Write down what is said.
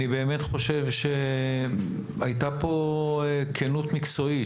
אני באמת חושב שהייתה פה כנות מקצועית,